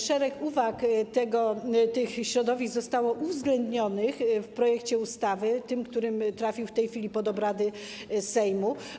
Szereg uwag tych środowisk zostało uwzględnionych w projekcie ustawy, który trafił w tej chwili pod obrady Sejmu.